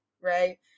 right